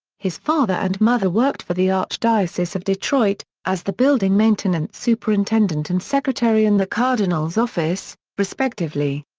his father and mother worked for the archdiocese of detroit, as the building maintenance superintendent and secretary in the cardinal's office, respectively.